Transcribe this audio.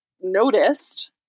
noticed